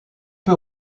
peu